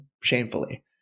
shamefully